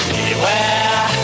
Beware